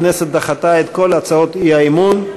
הכנסת דחתה את כל הצעות האי-אמון.